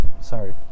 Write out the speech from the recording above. Sorry